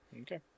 Okay